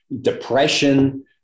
depression